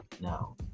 no